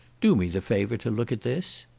do me the favour to look at this,